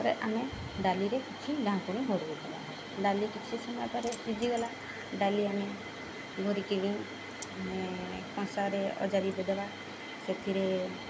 ତାରେ ଆମେ ଡାଲିରେ କିଛି ଢାଙ୍କୁୁଣି ଭୋଡ଼ବା ଡାଲି କିଛି ସମୟ ପରେରେ ପିଜିିଗଲା ଡାଲି ଆମେ ଭରିକିରିି ଆମେ କଂସାରେ ଅଜାର ପଦବା ସେଥିରେ